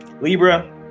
Libra